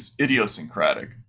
idiosyncratic